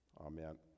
Amen